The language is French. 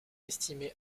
estimée